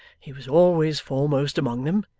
he was always foremost among them.